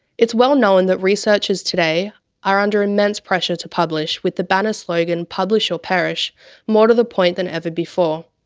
it's well known that researchers today are under immense pressure to publish, with the banner slogan publish or perish more to the point than ever before.